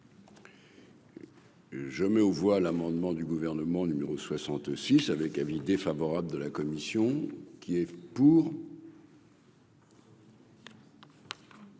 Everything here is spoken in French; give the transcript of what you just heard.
Je mets aux voix l'amendement du gouvernement numéro 66 avec avis défavorable de la commission qui est pour.